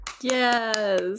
Yes